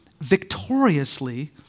victoriously